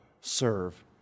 serve